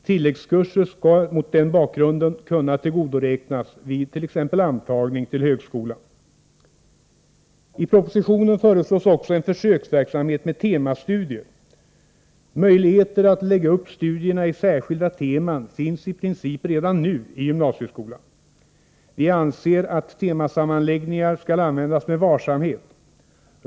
Tilläggskurser skall mot denna bakgrund kunna tillgodoräknas vid t.ex. antagning till högskolan. I propositionen föreslås också en försöksverksamhet med temastudier. Möjligheter att lägga upp studierna i särskilda teman finns i princip redan nu i gymnasieskolan. Vi anser att temasammanläggningar skall användas med varsamhet.